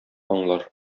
аңлар